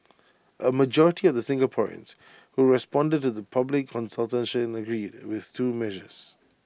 A majority of the Singaporeans who responded to the public consultation agreed with the two measures